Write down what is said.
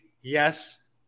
Yes